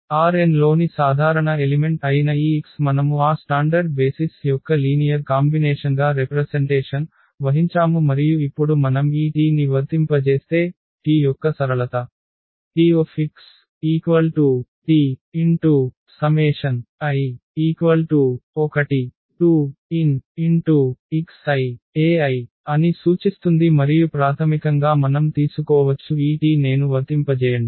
Rn లోని సాధారణ element అయిన ఈ x మనము ఆ స్టాండర్డ్ బేసిస్ యొక్క లీనియర్ కాంబినేషన్గా రెప్రసెన్టేషన్ వహించాము మరియు ఇప్పుడు మనం ఈ T ని వర్తింపజేస్తే T యొక్క సరళత TxTi1nxiei అని సూచిస్తుంది మరియు ప్రాథమికంగా మనం తీసుకోవచ్చు ఈ T నేను వర్తింపజేయండి